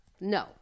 no